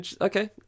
okay